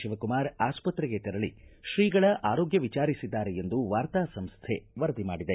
ಶಿವಕುಮಾರ್ ಆಸ್ಪತ್ರೆಗೆ ತೆರಳಿ ಶ್ರೀಗಳ ಆರೋಗ್ಯ ವಿಚಾರಿಸಿದ್ದಾರೆ ಎಂದು ವಾರ್ತಾ ಸಂಸ್ಥೆ ವರದಿ ಮಾಡಿದೆ